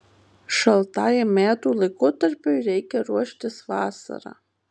šaltajam metų laikotarpiui reikia ruoštis vasarą